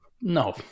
No